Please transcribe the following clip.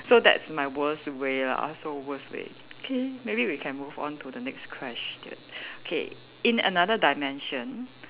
so that's my worst way lah so worst way okay maybe we can move on to the next question K in another dimension